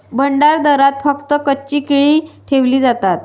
भंडारदऱ्यात फक्त कच्ची केळी ठेवली जातात